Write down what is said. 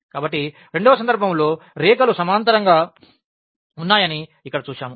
కాబట్టి రెండవ సందర్భంలో రేఖలు సమాంతరంగా ఉన్నాయని ఇక్కడ చూశాము